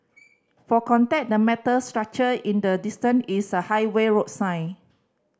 for context the metal structure in the distance is a highway road sign